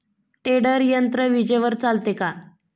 Tedder यंत्र विजेवर चालते का?